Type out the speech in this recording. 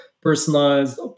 personalized